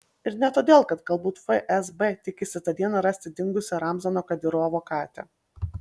ir ne todėl kad galbūt fsb tikisi tą dieną rasti dingusią ramzano kadyrovo katę